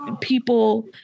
people